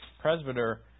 presbyter